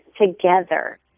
together